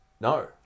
No